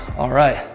alright.